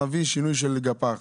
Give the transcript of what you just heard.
נביא שינוי של גפה אחת.